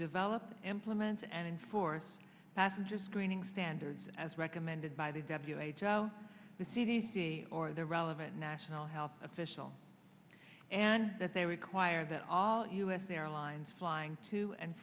develop implement and enforce passenger screening standards as recommended by the w h o the c d c or the relevant national health official and that they require that all u s airlines flying to and